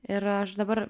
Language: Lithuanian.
ir aš dabar